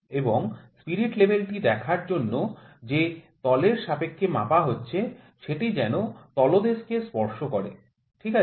এবং spirit level টি দেখার জন্য যে তলের সাপেক্ষে মাপা হচ্ছে সেটি যেন তলদেশকে স্পর্শ করে ঠিক আছে